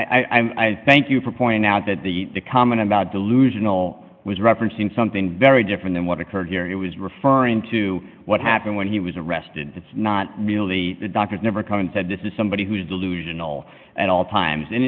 that i thank you for pointing out that the comment about delusional was referencing something very different than what occurred here it was referring to what happened when he was arrested that's not really the doctors never come and said this is somebody who's delusional at all times and